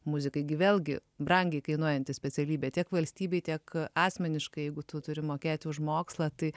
muzikai gi vėlgi brangiai kainuojanti specialybė tiek valstybei tiek asmeniškai jeigu tu turi mokėti už mokslą tai